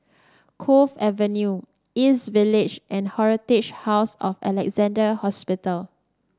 Cove Avenue East Village and Historic House of Alexandra Hospital